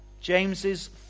James's